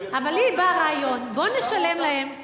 אבל לי בא רעיון: בוא נשלם להם,